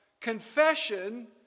confession